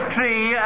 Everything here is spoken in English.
Tree